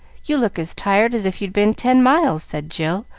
you look as tired as if you'd been ten miles, said jill,